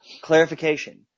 Clarification